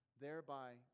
thereby